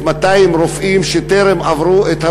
1,200 רופאים שטרם עברו את הבחינה.